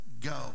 go